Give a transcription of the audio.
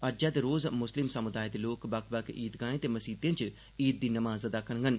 अज्ज दे रोज मुस्लिम समुदाय दे लोक बक्ख बक्ख ईदगाहें ते मसीतें च ईद दी नमाज़ अदा करङन